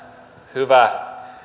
hyvä